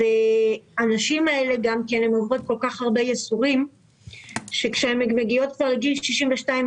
הנשים האלה עוברות כל כך הרבה ייסורים שכאשר הן מגיעות לגיל 62,